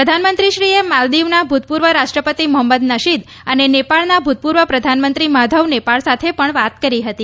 પ્રધાનમંત્રીશ્રીએ માલદીવના ભૂતપૂર્વ રાષ્ટ્રપતિ મોહંમદ નશીદ અને નેપાળના ભૂતપૂર્વ પ્રધાનમંત્રી માધવ નેપાળ સાથે પણ વાત કરી હતી